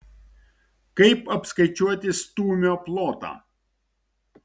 kaip apskaičiuoti stūmio plotą